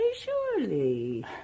surely